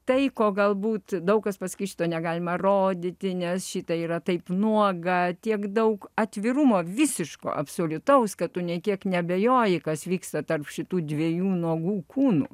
tai ko galbūt daug kas pasakys šito negalima rodyti nes šitai yra taip nuoga tiek daug atvirumo visiško absoliutaus kad tu nė kiek neabejoji kas vyksta tarp šitų dviejų nuogų kūnų